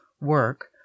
work